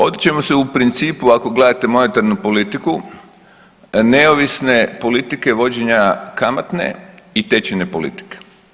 Odričemo se u principu ako gledate monetarnu politiku neovisne politike vođenja kamatne i tečajne politike.